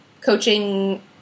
coaching